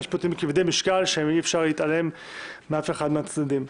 יש פה טיעונים כבדי משקל שאי-אפשר להתעלם מאף אחד מהצדדים.